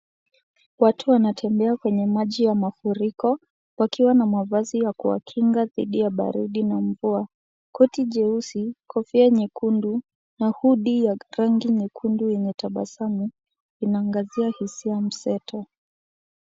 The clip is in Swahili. Watu wanatembea kwenye maji ya mafuriko wakiwa na mavazi ya kujikinga dhidi ya baridi na mvua. Koti jeusi, kofia nyekundu na hoodie ya rangi nyekundu yenye tabasamu inaangazia hisia mseto.